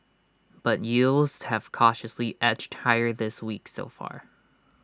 but yields have cautiously edged higher this week so far